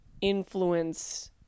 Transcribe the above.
influence